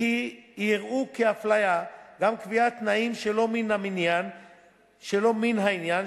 כי יראו כאפליה גם קביעת תנאים שלא ממין העניין,